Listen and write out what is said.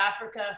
africa